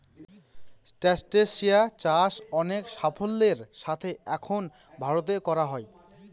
ট্রাস্টেসিয়া চাষ অনেক সাফল্যের সাথে এখন ভারতে করা হয়